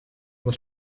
was